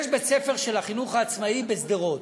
יש בית-ספר של החינוך העצמאי בשדרות,